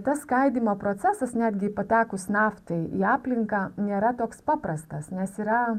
tas skaidymo procesas netgi patekus naftai į aplinką nėra toks paprastas nes yra